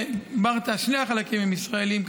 שני החלקים הם ישראליים,